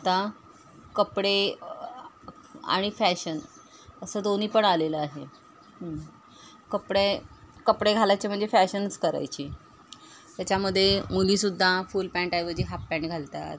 आता कपडे आणि फॅशन असं दोन्ही पण आलेलं आहे कपडे कपडे घालायचे म्हणजे फॅशनच करायची त्याच्यामध्ये मुलीसुद्धा फुल पॅन्टऐवजी हाफ पॅन्ट घालतात